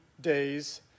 days